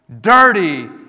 dirty